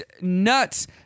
nuts